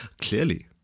Clearly